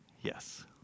Yes